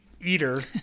eater